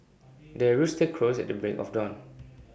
the rooster crows at the break of dawn